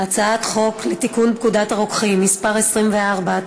הצעת חוק לתיקון פקודת הרוקחים (מס' 24),